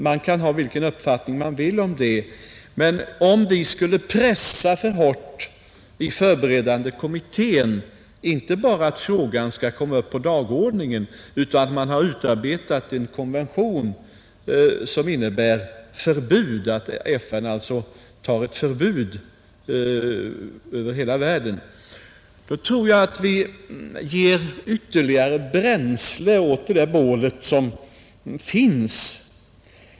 Man kan ha vilken uppfattning man vill om det, men om vi skulle pressa för hårt i förberedande kommittén inte bara för att frågan skall komma upp på dagordningen utan också för att man skall ha utarbetat en konvention, som innebär att FN skall anta ett förbud över hela världen, tror jag att vi ger ytterligare bränsle åt bålet.